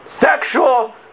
Sexual